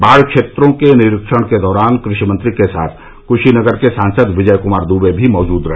बाढ़ क्षेत्रों के निरीक्षण के दौरान कृषि मंत्री के साथ क्शीनगर के सांसद विजय कुमार दुबे भी मौजूद रहे